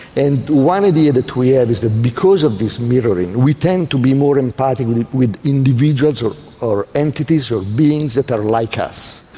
and one idea that we have is that because of this mirroring, we tend to be more empathic with individuals, or or entities, or beings, that are like us.